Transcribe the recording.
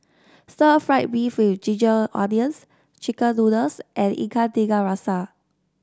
Stir Fried Beef with Ginger Onions chicken noodles and Ikan Tiga Rasa